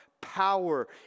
power